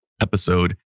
episode